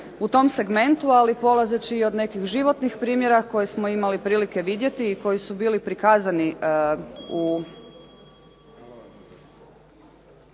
U tom segmentu, ali polazeći i od nekih životnih primjera koje smo imali prilike vidjeti i koji su bili prikazani u,